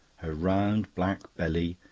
her round, black belly,